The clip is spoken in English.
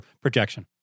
projection